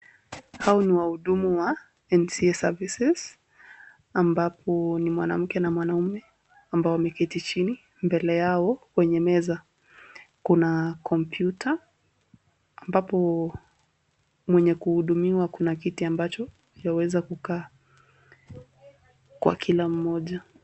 Hawa ni wahudumu wa nca services ambapo ni mwanamke na mwanaume amabao wameketi chini mbele yao kwenye meza kuna kompyuta ambapo mwenye kuhudumiwa kuna kiti ambacho twaweza kukaa. Kwa kila mmoja.